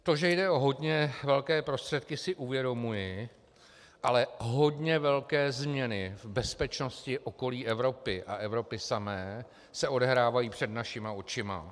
To, že jde o hodně velké prostředky, si uvědomuji, ale hodně velké změny v bezpečnosti okolí Evropy a Evropy samé se odehrávají před našima očima.